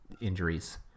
injuries